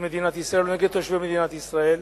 מדינת ישראל או נגד תושבי מדינת ישראל,